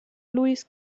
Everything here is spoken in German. luis